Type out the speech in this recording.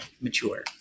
mature